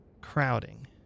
crowding